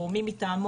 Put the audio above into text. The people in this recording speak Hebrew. או מי מטעמו,